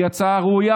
היא הצעה ראויה,